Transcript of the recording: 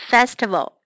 Festival